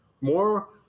more